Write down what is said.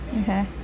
Okay